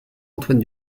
antoine